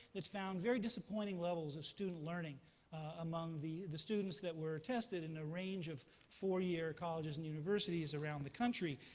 that found very disappointing levels of student learning among the the students that were tested in a range of four-year colleges and universities around the country.